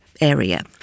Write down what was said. area